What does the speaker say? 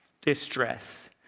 distress